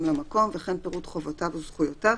למקום וכן פירוט חובותיו וזכויותיו,